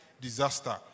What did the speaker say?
disaster